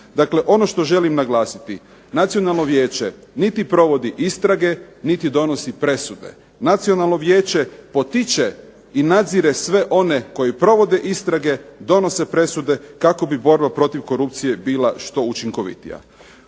Dakle ono što želim naglasiti nacionalno vijeće niti provodi istrage, niti donosi presude. Nacionalno vijeće potiče i nadzire sve one koji provode istrage, donose presude, kako bi borba protiv korupcije bila što učinkovitija.